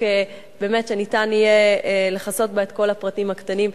באמת שניתן יהיה לכסות בה את כל הפרטים הקטנים,